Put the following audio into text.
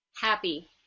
Happy